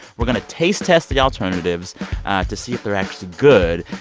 we're going to taste test the alternatives to see if they're actually good.